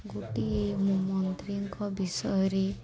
ଗୋଟିଏ ମୁ ମନ୍ତ୍ରୀଙ୍କ ବିଷୟରେ